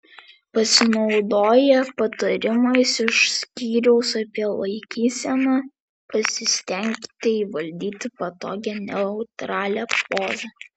pasinaudoję patarimais iš skyriaus apie laikyseną pasistenkite įvaldyti patogią neutralią pozą